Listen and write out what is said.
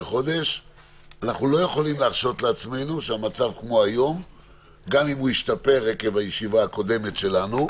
גם אם המצב ישתפר עקב הישיבה הקודמת שלנו,